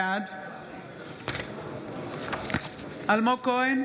בעד אלמוג כהן,